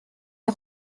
est